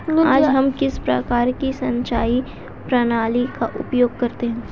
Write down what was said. आज हम किस प्रकार की सिंचाई प्रणाली का उपयोग करते हैं?